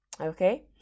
okay